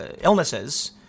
illnesses